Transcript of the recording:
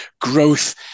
growth